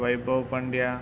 Vaibhav Pandya